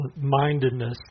mindedness